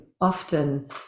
often